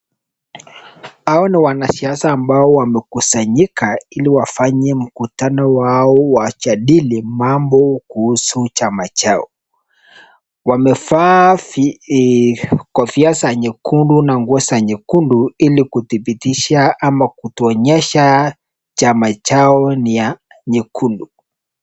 Hao ni wanasiasa ambao wamekusanyika ili wafanye mkutano wao wajadili mambo kuhusu chama chao ,wamevaa kofia za nyekundu na nguo za nyekundu ili kudhibitisha ama kutuonyesha chama chao ni ya nyekundu.